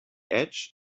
edge